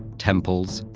temples,